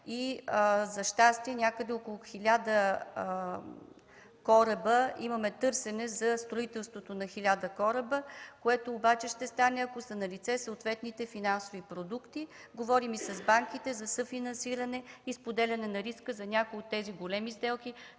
За щастие, имаме търсене за строителството на около 1000 кораба, което обаче ще стане, ако са налице съответните финансови продукти. Говорим и с банките за съфинансиране и споделяне на риска за някои от тези големи сделки,